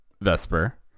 Vesper